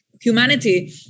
humanity